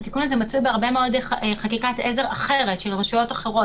מצוי בהרבה מאוד חקיקת עזר אחרת של רשויות אחרות.